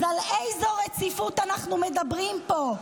אז על איזו רציפות אנחנו מדברים פה?